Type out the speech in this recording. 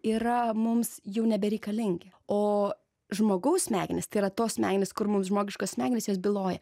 yra mums jau nebereikalingi o žmogaus smegenys tai yra tos smegenys kur mums žmogiškos smegenys jos byloja